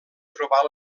trobar